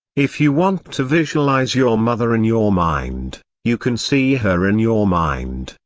if you want to visualize your mother in your mind, you can see her in your mind,